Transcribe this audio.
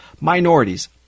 minorities